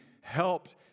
helped